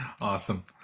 awesome